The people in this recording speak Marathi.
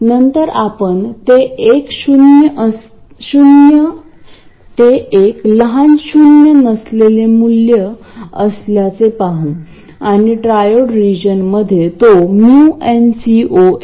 तसेच अर्थातच कॉमन सोर्स ऍम्प्लिफायर मध्ये आपल्याकडे वेगळा सोर्स VGS0 नव्हता ते स्वतः च सप्लाय व्होल्टेज VDD पासून मिळवले गेले आहे